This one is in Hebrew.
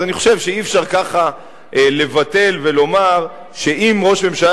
אז אני חושב שאי-אפשר ככה לבטל ולומר שאם ראש ממשלה